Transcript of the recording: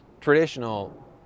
traditional